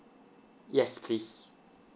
yes please